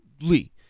Lee